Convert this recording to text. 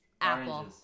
Apple